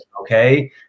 okay